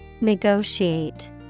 Negotiate